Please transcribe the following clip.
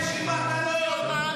נהג מונית הוא לא יכול להיות,